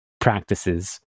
practices